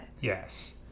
Yes